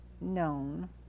known